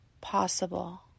possible